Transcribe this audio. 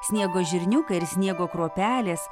sniego žirniukai ir sniego kruopelės